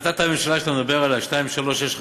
החלטת הממשלה שאתה מדבר עליה, 2365,